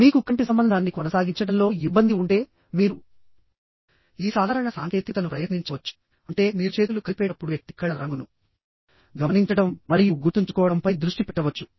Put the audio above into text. మీకు కంటి సంబంధాన్ని కొనసాగించడంలో ఇబ్బంది ఉంటే మీరు ఈ సాధారణ సాంకేతికతను ప్రయత్నించవచ్చు అంటే మీరు చేతులు కలిపేటప్పుడు వ్యక్తి కళ్ళ రంగును గమనించడం మరియు గుర్తుంచుకోవడంపై దృష్టి పెట్టవచ్చు